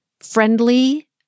friendly